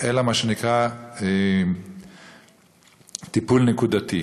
אלא מה שנקרא "טיפול נקודתי",